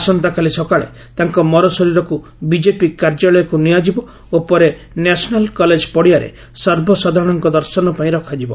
ଆସନ୍ତାକାଲି ସକାଳେ ତାଙ୍କ ମର ଶରୀରକୃ ବିଜେପି କାର୍ଯ୍ୟାଳୟକୁ ନିଆଯିବ ଓ ପରେ ନ୍ୟାସନାଲ୍ କଲେକ୍ ପଡ଼ିଆରେ ସର୍ବସାଧାରଣଙ୍କ ଦର୍ଶନ ପାଇଁ ରଖାଯିବ